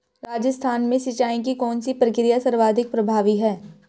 राजस्थान में सिंचाई की कौनसी प्रक्रिया सर्वाधिक प्रभावी है?